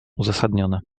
uzasadnione